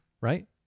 Right